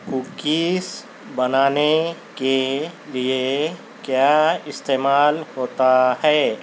cookies بنانے کے لیے کیا استعمال ہوتا ہے